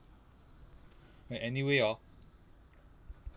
and anyway orh